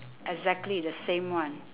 exactly the same one